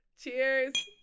Cheers